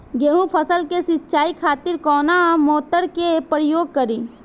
गेहूं फसल के सिंचाई खातिर कवना मोटर के प्रयोग करी?